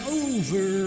over